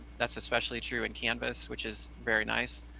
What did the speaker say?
that's especially true in canvas, which is very nice,